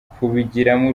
kubigiramo